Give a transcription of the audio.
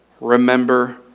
Remember